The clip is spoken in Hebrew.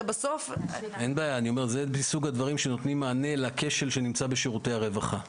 זה מסוג הדברים שנותנים מענה לכשל שנמצא בשירותי הרווחה.